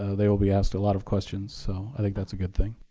ah they will be asked a lot of questions, so i think that's a good thing.